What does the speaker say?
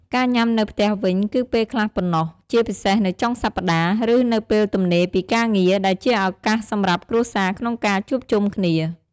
ការញ៉ាំនៅផ្ទះវិញ គឺពេលខ្លះប៉ុណ្ណោះ ជាពិសេសនៅចុងសប្ដាហ៍ ឬនៅពេលទំនេរពីការងារ ដែលជាឱកាសសម្រាប់គ្រួសារក្នុងការជួបជុំគ្នា។